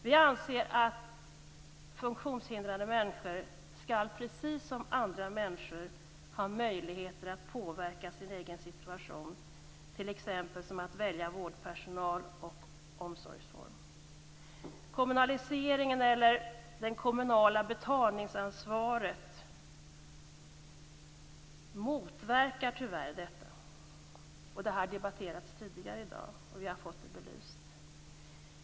Vi anser att funktionshindrade människor precis som andra människor skall ha möjlighet att påverka sin egen situation, t.ex. när det gäller att välja vårdpersonal och omsorgsform. Kommunaliseringen eller det kommunala betalningsansvaret motverkar tyvärr detta. Det har debatterats tidigare i dag. Vi har fått det belyst.